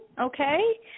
okay